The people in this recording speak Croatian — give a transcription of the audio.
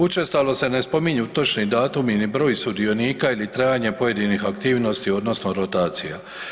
Učestalo se ne spominju točni datumi ni broj sudionika ili trajanje pojedinih aktivnosti odnosno rotacija.